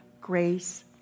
grace